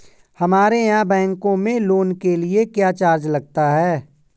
हमारे यहाँ बैंकों में लोन के लिए क्या चार्ज लगता है?